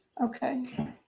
okay